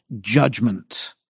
judgment